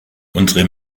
unsere